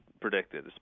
predicted